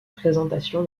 présentation